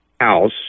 house